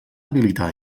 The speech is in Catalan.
habilitar